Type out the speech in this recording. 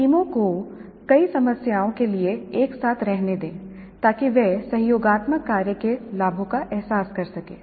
टीमों को कई समस्याओं के लिए एक साथ रहने दें ताकि वे सहयोगात्मक कार्य के लाभों का एहसास कर सकें